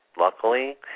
luckily